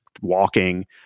walking